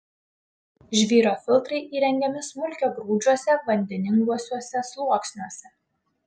žvyro filtrai įrengiami smulkiagrūdžiuose vandeninguosiuose sluoksniuose